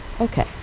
Okay